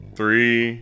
Three